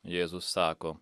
jėzus sako